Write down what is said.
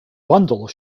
bundle